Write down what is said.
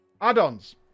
Add-ons